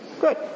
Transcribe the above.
Good